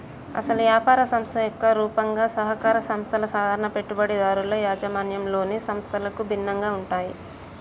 అసలు యాపార సంస్థ యొక్క రూపంగా సహకార సంస్థల సాధారణ పెట్టుబడిదారుల యాజమాన్యంలోని సంస్థలకు భిన్నంగా ఉంటాయి